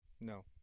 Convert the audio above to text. no